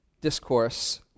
discourse